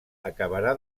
acabarà